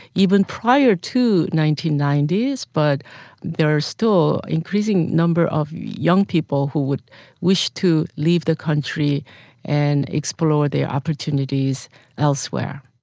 even prior to nineteen ninety s, but there are still increasing numbers of young people who would wish to leave the country and explore their opportunities elsewhere.